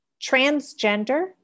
transgender